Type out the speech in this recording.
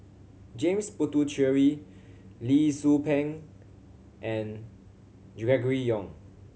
James Puthucheary Lee Tzu Pheng and Gregory Yong